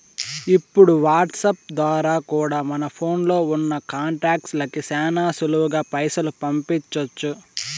ఇప్పుడు వాట్సాప్ ద్వారా కూడా మన ఫోన్లో ఉన్నా కాంటాక్ట్స్ లకి శానా సులువుగా పైసలు పంపించొచ్చు